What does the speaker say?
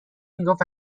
میگفت